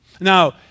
Now